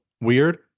Weird